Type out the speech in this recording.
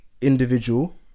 individual